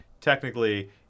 technically